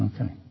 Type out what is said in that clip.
Okay